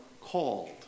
called